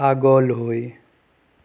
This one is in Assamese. আগলৈ